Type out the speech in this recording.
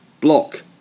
Block